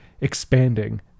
expanding